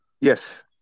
Yes